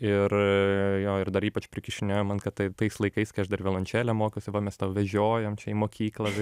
ir jo ir dar ypač prikišinėjo man kad tai tais laikais kai aš dar violončele mokiausia va mes tau vežiojam čia į mokyklą